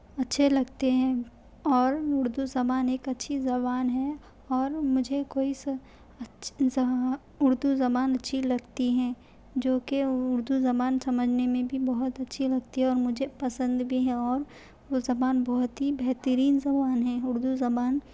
اچھے لگتے ہیں اور اردو زبان ایک اچھی زبان ہے اور مجھے کوئی سا اچھا اردو زبان اچھی لگتی ہیں جو کہ اردو زبان سمجھنے میں بھی بہت اچھی لگتی ہے اور مجھے پسند بھی ہے اور وہ زبان بہت ہی بہترین زبان ہے اردو زبان